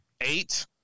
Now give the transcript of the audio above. Eight